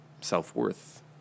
self-worth